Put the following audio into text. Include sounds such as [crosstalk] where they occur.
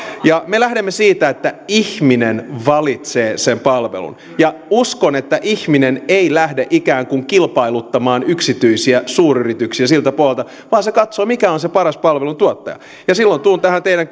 me lähdemme siitä että ihminen valitsee sen palvelun ja uskon että ihminen ei lähde ikään kuin kilpailuttamaan yksityisiä suuryrityksiä siltä puolelta vaan hän katsoo mikä on se paras palvelun tuottaja ja silloin tulen tähän teidän [unintelligible]